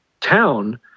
town